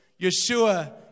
Yeshua